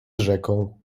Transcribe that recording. rzeką